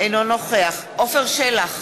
אינו נוכח עפר שלח,